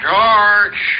George